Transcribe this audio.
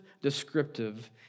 descriptive